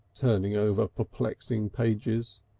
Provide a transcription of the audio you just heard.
turning over perplexing pages.